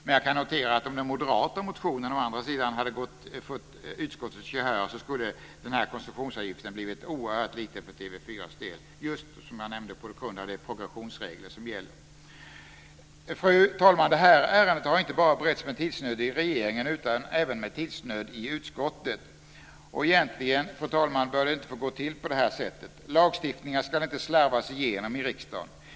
Men jag kan notera att om den moderata motionen å andra sidan hade fått utskottets gehör skulle koncessionsavgiften ha blivit oerhört liten för TV 4:s del, just på grund av de progressionsregler som gäller, som jag nämnde. Fru talman! Det här ärendet har inte bara beretts med tidsnöd i regeringen, utan även i utskottet. Egentligen bör det inte få gå till på det sättet. Lagstiftningar ska inte slarvas igenom i riksdagen.